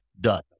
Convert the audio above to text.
done